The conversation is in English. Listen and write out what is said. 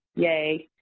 yay!